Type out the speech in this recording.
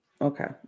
Okay